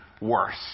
worse